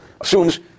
assumes